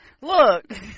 look